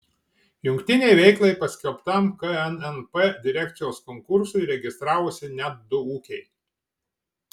jungtinei veiklai paskelbtam knnp direkcijos konkursui registravosi net du ūkiai